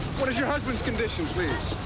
what is your husband's condition, please?